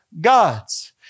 gods